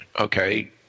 Okay